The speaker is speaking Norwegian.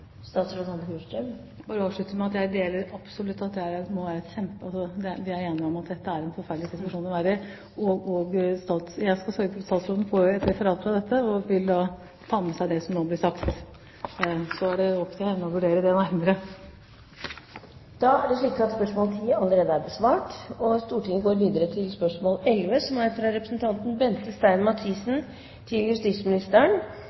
Jeg vil bare avslutte med å si at det er vi enige om, dette må være en forferdelig situasjon å være i. Jeg skal sørge for at statsråden får et referat fra dette, og hun vil da ta med seg det som nå blir sagt. Så er det opp til henne å vurdere det nærmere. Spørsmål 10 er allerede besvart. Dette spørsmålet, fra representanten Bente Stein Mathisen til justisministeren, vil bli besvart av arbeidsministeren på vegne av justisministeren. Jeg tillater meg å stille følgende spørsmål til justisministeren, som